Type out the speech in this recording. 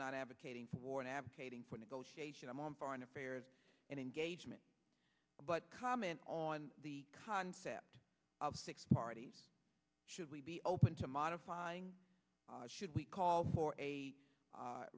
not advocating for war in advocating for negotiation i'm on foreign affairs and engagement but comment on the concept of six parties should we be open to modifying should we call for a